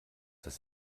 das